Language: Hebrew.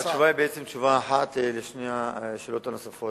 התשובה היא תשובה אחת על שתי השאלות הנוספות,